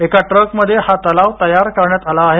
एका ट्रकमध्ये हा तलाव तयार करण्यात आला आहे